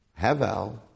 Hevel